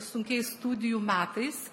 sunkiais studijų metais